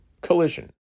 Collision